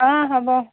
অঁ হ'ব